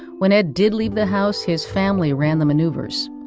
when ed did leave the house, his family ran the maneuvers.